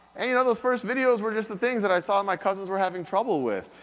and you know, those first videos were just the things that i saw my cousins were having trouble with.